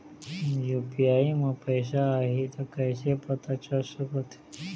UPI म पैसा आही त कइसे पता चल सकत हे?